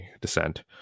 descent